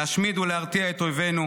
להשמיד ולהרתיע את אויבינו,